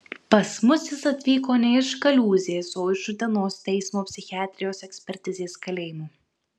pas mus jis atvyko ne iš kaliūzės o iš utenos teismo psichiatrijos ekspertizės kalėjimo